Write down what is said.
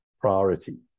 priority